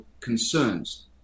concerns